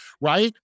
right